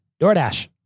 DoorDash